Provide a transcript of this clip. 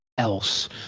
Else